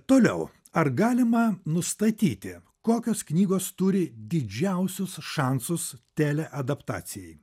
toliau ar galima nustatyti kokios knygos turi didžiausius šansus teleadaptacijai